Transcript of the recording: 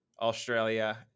Australia